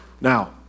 Now